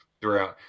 throughout